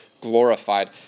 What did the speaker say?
glorified